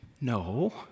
No